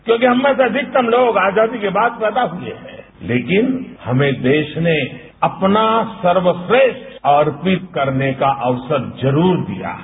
क्योंकि हम में से अधिकतर लोग आजादी के बाद पैदा हुए हैं लेकिन हमें देश ने अपना सर्वश्रेष्ठ अर्पित करने का अवसर जरूर दिया है